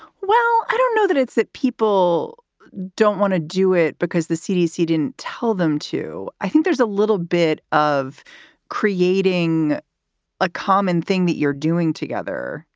well, i don't know that it's that people don't want to do it because the cdc didn't tell them to. i think there's a little bit of creating a common thing that you're doing together.